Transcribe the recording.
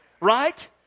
Right